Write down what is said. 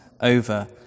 over